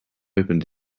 opened